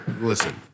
Listen